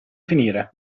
finire